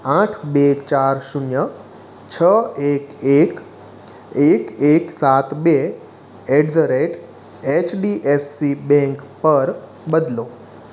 આઠ બે ચાર શૂન્ય છ એક એક એક એક સાત બે at the rate H D F C bank પર બદલો